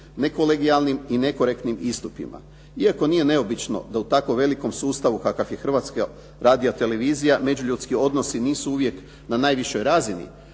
nekolegijalnim i nekorektnim istupima. Iako nije neobično da u tako velikom sustavu kakav je Hrvatska radiotelevizija međuljudski odnosi nisu uvijek na najvišoj razini